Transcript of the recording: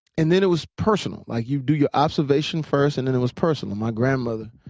and then it was personal. like you do your observation first, and then it was personal. my grandmother,